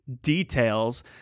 details